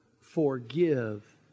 Forgive